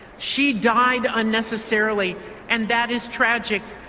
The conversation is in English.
she died unnecessarily and that is tragic.